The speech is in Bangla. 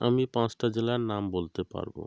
আমি পাঁচটা জেলার নাম বলতে পারবো